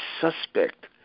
suspect